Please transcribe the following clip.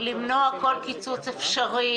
למנוע כל קיצוץ אפשרי